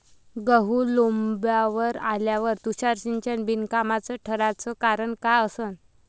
गहू लोम्बावर आल्यावर तुषार सिंचन बिनकामाचं ठराचं कारन का असन?